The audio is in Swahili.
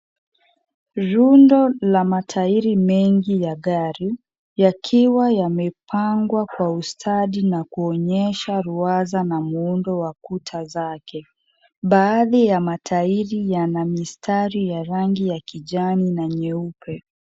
Rundo la matairi mengi ya gari. Yakiwa yamepangwa kwa ustadi na kuonyesha ruwaza na muundo wa kuta zake. Baadhi ya matairi yana mistari ya rangi ya kijani na nyeupe.